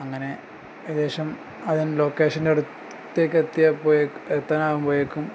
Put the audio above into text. അങ്ങനെ ഏകദേശം അതിന്റെ ലൊക്കേഷൻ്റെ അടുത്തേക്ക് എത്തിയാൽ പോയേ എത്താനാകുമ്പോഴേക്കും